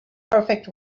perfect